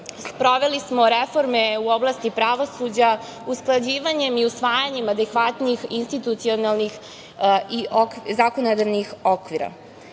smo reforme u oblasti pravosuđa usklađivanjem i usvajanjem adekvatnih institucionalnih i zakonodavnih okvira.